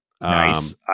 Nice